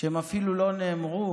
שהם אפילו לא נאמרו